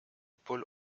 paul